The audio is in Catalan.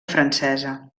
francesa